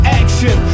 action